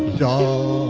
da